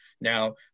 Now